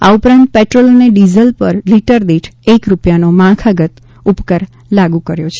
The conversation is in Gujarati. આ ઉપરાંત પેટ્રોલ અને ડીઝલ પર લીટર દીઠ એક રૂપિયાનો માળખાંગત ઉપકર લાગુ કર્યો છે